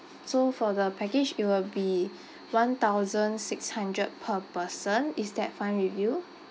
so for the package it will be one thousand six hundred per person is that fine with you